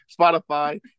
Spotify